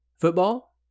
Football